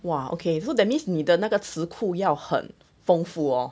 !wah! okay so that means 你的那个词库要很丰富 wor